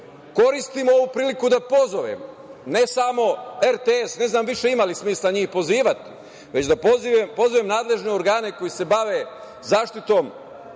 ovu priliku da pozovem ne samo RTS, ne znam ima li smisla više njih pozivati, već da pozovem nadležne organe koji se bave zaštitom